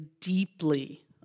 deeply